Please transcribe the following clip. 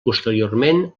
posteriorment